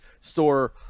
store